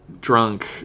drunk